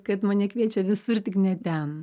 kad mane kviečia visur tik ne ten